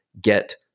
get